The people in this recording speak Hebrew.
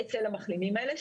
אצל המחלימים האלה.